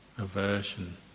aversion